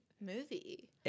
movie